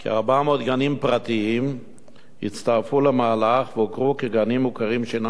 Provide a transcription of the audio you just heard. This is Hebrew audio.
כ-400 גנים פרטיים הצטרפו למהלך והוכרו כגנים מוכרים שאינם רשמיים.